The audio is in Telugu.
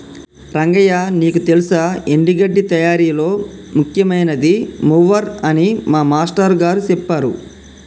రంగయ్య నీకు తెల్సా ఎండి గడ్డి తయారీలో ముఖ్యమైనది మూవర్ అని మా మాష్టారు గారు సెప్పారు